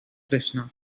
krishna